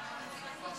נגד.